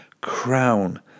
crown